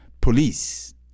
police